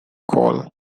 coal